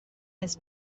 his